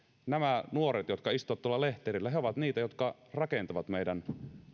nämä nuoret jotka istuvat tuolla lehterillä ovat niitä jotka rakentavat meidän